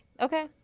Okay